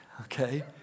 okay